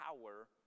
power